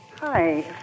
Hi